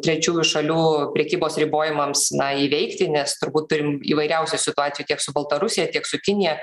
trečiųjų šalių prekybos ribojimams na įveikti nes turbūt turim įvairiausių situacijų tiek su baltarusija tiek su kinija